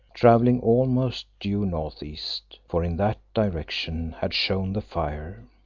travelling almost due north-east, for in that direction had shone the fire.